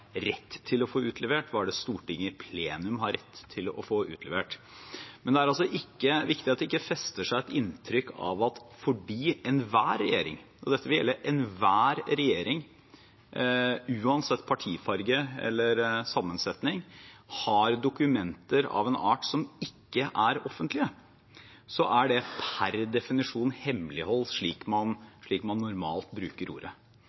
rett til å få utlevert, og hva Stortinget i plenum har rett til å få utlevert. Men det er altså viktig at det ikke fester seg et inntrykk av at fordi enhver regjering – og dette vil gjelde enhver regjering, uansett partifarge eller sammensetning – har dokumenter av en art som ikke er offentlige, så er det per definisjon hemmelighold, slik man normalt bruker ordet.